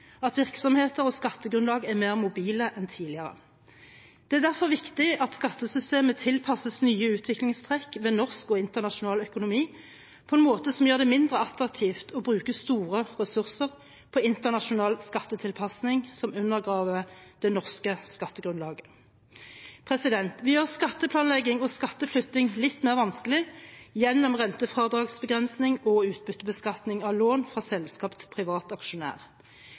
at virksomheter og skattegrunnlag er mer mobile enn tidligere. Det er derfor viktig at skattesystemet tilpasses nye utviklingstrekk ved norsk og internasjonal økonomi på en måte som gjør det mindre attraktivt å bruke store ressurser på internasjonal skattetilpasning som undergraver det norske skattegrunnlaget. Vi gjør skatteplanlegging og skatteflytting litt mer vanskelig gjennom rentefradragsbegrensning og utbyttebeskatning av lån fra selskap til privat aksjonær.